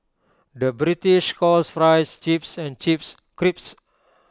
the British calls Fries Chips and Chips Crisps